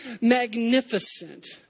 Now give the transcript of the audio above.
magnificent